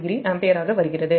640 ampere ஆக வருகிறது